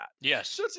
Yes